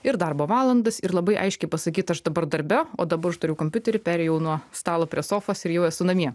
ir darbo valandas ir labai aiškiai pasakyt aš dabar darbe o dabar turiu kompiuterį perėjau nuo stalo prie sofos ir jau esu namie